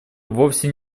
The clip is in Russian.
вовсе